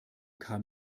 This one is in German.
kam